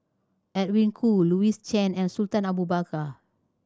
Edwin Koo Louis Chen and Sultan Abu Bakar